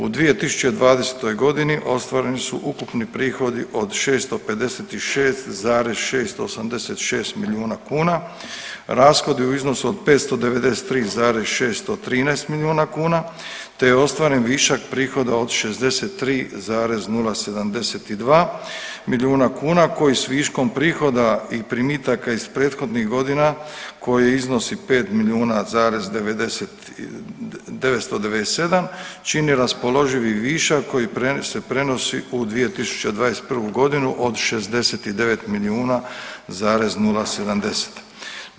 U 2020. godini ostvareni su ukupni prihodi od 656,686 milijuna kuna, rashodi u iznosu od 593,613 milijuna kuna te je ostvaren višak prihoda od 63,072 milijuna kuna koji s viškom prihoda i primitaka iz prethodnih godina koji iznosi 5 milijuna zarez 90 997 čini raspoloživi višak koji se prenosi u 2021. godinu od 69 milijuna zarez 070.